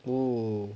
!whoa!